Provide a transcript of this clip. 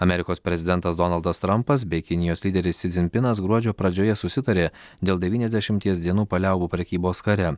amerikos prezidentas donaldas trampas bei kinijos lyderis si dzinpinas gruodžio pradžioje susitarė dėl devyniasdešimties dienų paliaubų prekybos kare